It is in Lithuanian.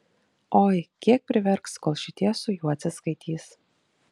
oi kiek priverks kol šitie su juo atsiskaitys